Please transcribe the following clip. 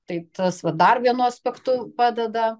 taip tas va dar vienu aspektu padeda